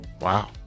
Wow